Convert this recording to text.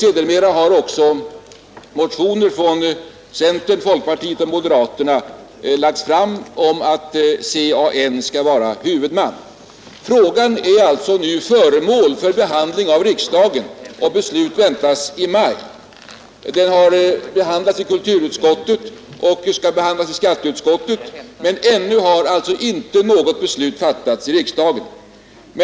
Sedermera har det också väckts motioner från centerpartiet, folkpartiet och moderaterna om att CAN skall vara huvudman. Frågan är alltså föremål för behandling av riksdagen och beslut kan väntas i maj. Ärendet har behandlats i kulturutskottet och skall även behandlas i skatteutskottet, men ännu har inget beslut fattats i riksdagen.